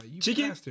Chicken